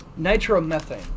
Nitromethane